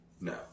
No